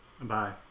Bye